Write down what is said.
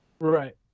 Right